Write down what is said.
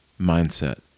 Mindset